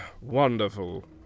wonderful